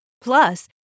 Plus